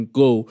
go